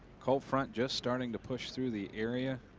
cold front. just starting to push through the area.